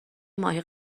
ماهی